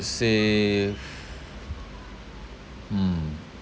save mm